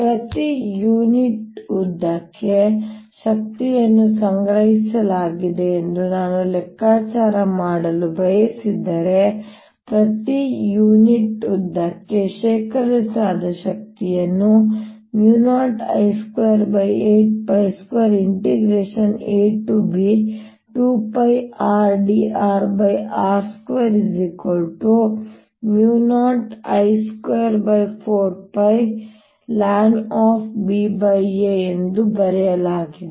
ಪ್ರತಿ ಯೂನಿಟ್ ಉದ್ದಕ್ಕೆ ಶಕ್ತಿಯನ್ನು ಸಂಗ್ರಹಿಸಲಾಗಿದೆ ಎಂದು ನಾನು ಲೆಕ್ಕಾಚಾರ ಮಾಡಲು ಬಯಸಿದರೆ ಪ್ರತಿ ಯೂನಿಟ್ ಉದ್ದಕ್ಕೆ ಶೇಖರಿಸಲಾದ ಶಕ್ತಿಯನ್ನು 0I282ab2πrdrr20I24πlnba ಎಂದು ಬರೆಯಲಾಗಿದೆ